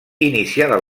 iniciada